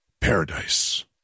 paradise